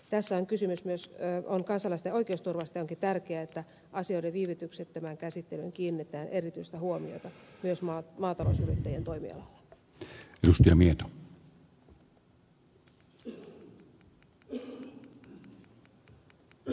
tässä on kysymys myös kansalaisten oikeusturvasta ja onkin tärkeää että asioiden viivytyksettömän käsittelyyn kiinnitetään erityistä huomiota myös maatalousyrittäjien toimialalla